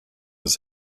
his